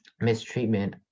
mistreatment